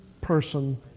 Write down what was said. person